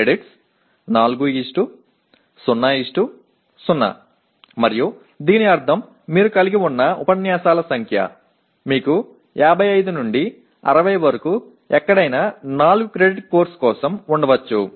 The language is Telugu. క్రెడిట్స్ 400 మరియు దీని అర్థం మీరు కలిగి ఉన్న ఉపన్యాసాల సంఖ్య మీకు 55 నుండి 60 వరకు ఎక్కడైనా 4 క్రెడిట్ కోర్సు కోసం ఉండవచ్చు